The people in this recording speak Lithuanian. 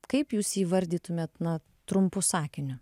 kaip jūs įvardytumėt na trumpu sakiniu